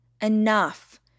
enough